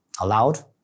allowed